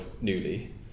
newly